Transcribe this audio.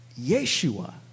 Yeshua